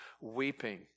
weeping